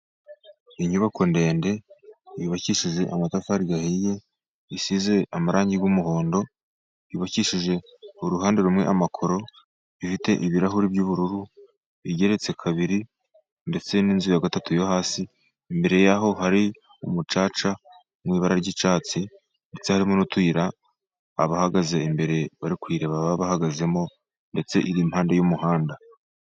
Inyubako ndende yubakishije amatafari ahiye, isize amarangi y'umuhondo, yubakishije uruhande rumwe amakoro, ifite ibirahuri by'ubururu bigeretse kabiri, ndetse n'inzu ya gatatu yo hasi. Imbere yaho hari umucaca mu ibara ry'icyatsi, ndetse harimo n'utuyira abahagaze imbere barikuyireba baba bahagazemo, ndetse iri mpande y'umuhanda.